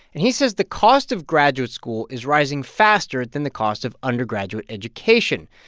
and he says the cost of graduate school is rising faster than the cost of undergraduate education.